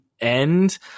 end